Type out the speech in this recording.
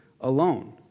alone